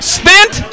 spent